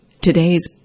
today's